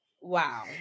Wow